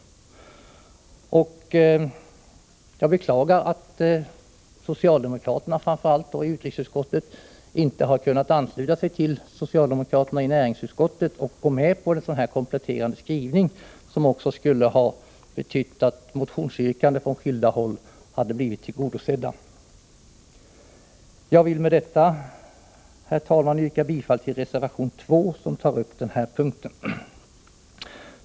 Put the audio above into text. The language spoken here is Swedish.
Jag beklagar att socialdemokraterna, framför allt i utrikesutskottet, inte har kunnat ansluta sig till socialdemokraterna i näringsutskottet och gå med på en sådan kompletterande skrivning. Detta skulle ha betytt att motionsyrkanden från skilda håll hade blivit tillgodosedda. Jag vill med detta, herr talman, yrka bifall till reservation 2, där denna punkt tas upp.